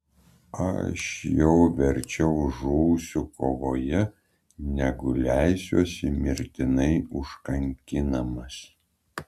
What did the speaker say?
aš jau verčiau žūsiu kovoje negu leisiuosi mirtinai užkankinamas